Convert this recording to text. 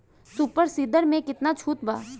Super seeder मै कितना छुट बा?